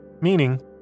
meaning